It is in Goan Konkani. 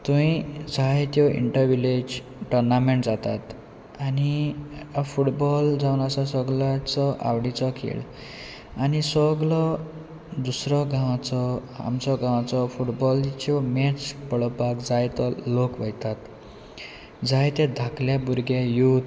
थंय जाय त्यो इंटरविलेज टोर्नामेंट जातात आनी फुटबॉल जावन आसा सगळ्यांचो आवडीचो खेळ आनी सगलो दुसरो गांवाचो आमचो गांवांचो फुटबॉलच्यो मॅच पळोवपाक जाय तो लोक वयतात जाय ते धाकले भुरगे यूथ